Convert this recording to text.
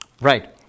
Right